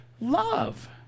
love